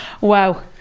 Wow